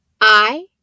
I